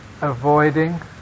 avoiding